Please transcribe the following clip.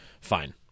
fine